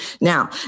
Now